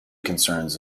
concerns